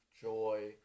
joy